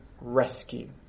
rescue